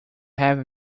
have